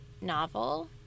novel